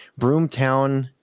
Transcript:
Broomtown